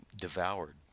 devoured